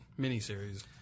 miniseries